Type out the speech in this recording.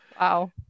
wow